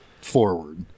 forward